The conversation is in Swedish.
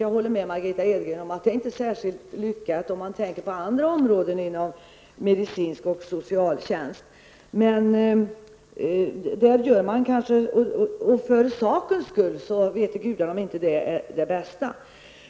Jag håller med Margitta Edgren om att det inte är särskilt lyckat med tanke på situationen på andra områden inom medicinsk tjänst och socialtjänst. För sakens skull vete gudarna om inte det är det bästa.